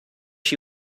she